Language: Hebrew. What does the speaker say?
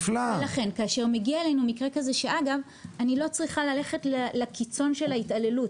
לכן כשמגיע לנו מקרה כזה ואגב אני לא צריכה ללכת לקיצון של ההתעללות,